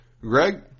Greg